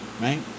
Right